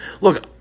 Look